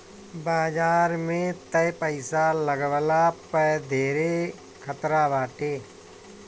बाजार में तअ पईसा लगवला पअ धेरे खतरा बाटे